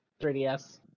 3DS